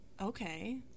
Okay